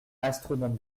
astronome